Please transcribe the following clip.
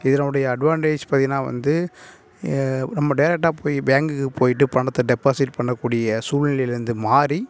இதனுடைய அட்வான்டேஜ் பார்த்திங்கனா வந்து நம்ம டேரெக்டாக போய் பேங்க்குக்கு போய்ட்டு பணத்தை டெபாசிட் பண்ணக்கூடிய சூழ்நிலையில் இருந்ததுமாதிரி